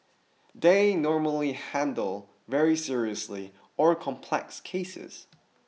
they normally handle very seriously or complex cases